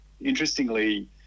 interestingly